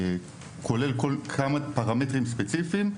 כולל כמה פרמטרים ספציפיים,